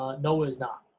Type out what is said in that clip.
no it is not.